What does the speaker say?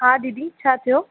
हा दीदी छा थियो